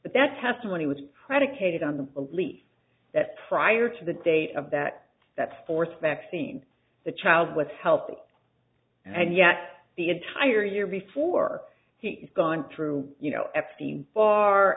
but that testimony was predicated on the belief that prior to the date of that that forced vaccine the child was healthy and yet the entire year before he's gone through you know